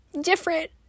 different